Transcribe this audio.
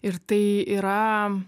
ir tai yra